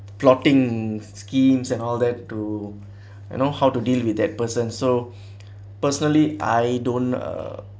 plotting schemes and all that too and know how to deal with that person so personally I don't uh